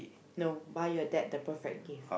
no buy your dad the perfect gift